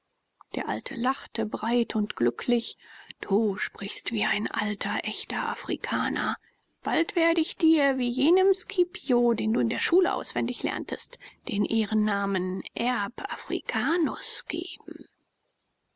der alte lachte breit und glücklich du sprichst wie ein alter echter afrikaner bald werde ich dir wie jenem scipio den du in der schule auswendig lerntest den ehrennamen erb afrikanus geben